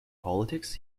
politics